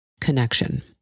connection